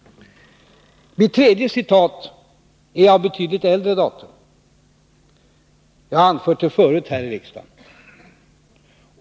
Mitt tredje citat är av betydligt äldre datum. Jag har anfört det förut här i riksdagen.